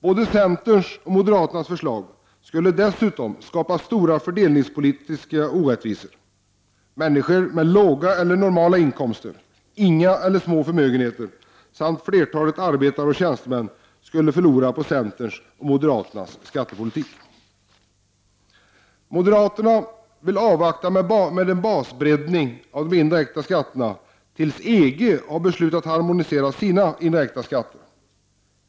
Både centerns och moderaternas förslag skulle dessutom skapa stora fördelningspolitiska orättvisor. Människor med låga eller normala inkomster, inga eller små förmögenheter samt flertalet arbetare och tjänstemän skulle förlora på centerns och moderaternas skattepolitik. Moderaterna vill avvakta med en basbreddning av de indirekta skatterna tills EG har beslutat harmonisera sina indirekta skatter.